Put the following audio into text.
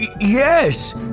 Yes